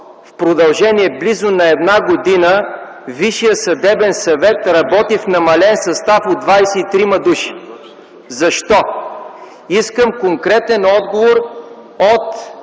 в продължение близо на една година Висшият съдебен съвет работи в намален състав от 23 души? Защо? Искам конкретен отговор от